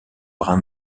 brun